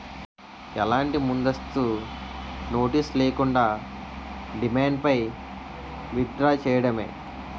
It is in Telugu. ఎలాంటి ముందస్తు నోటీస్ లేకుండా, డిమాండ్ పై విత్ డ్రా చేయడమే